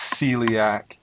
celiac